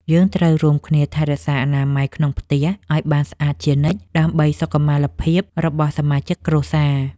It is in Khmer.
យើងត្រូវរួមគ្នាថែរក្សាអនាម័យក្នុងផ្ទះឱ្យបានស្អាតជានិច្ច ដើម្បីសុខុមាលភាពរបស់សមាជិកគ្រួសារ។